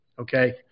Okay